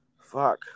fuck